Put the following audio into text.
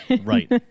Right